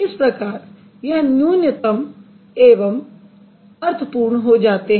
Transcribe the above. इस प्रकार यह न्यूनतम एवं अर्थपूर्ण हो जाते हैं